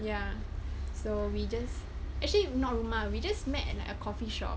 ya so we just actually norm ah we just met at like a coffee shop